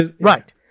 Right